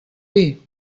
dir